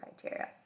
criteria